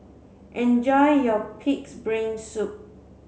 enjoy your pig's brain soup